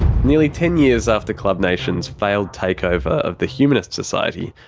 nearly ten years after klub nation's failed takeover of the humanist society,